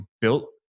built